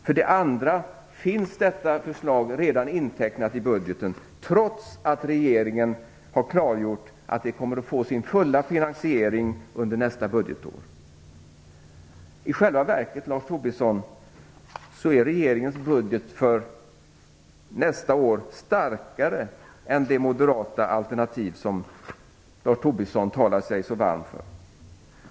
För det andra finns detta förslag redan intecknat i budgeten, trots att regeringen har klargjort att det kommer att få sin fulla finansiering under nästa budgetår. I själva verket, Lars Tobisson, är regeringens budget för nästa år starkare än det moderata alternativ som Lars Tobisson talar så varmt för.